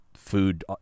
food